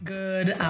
Good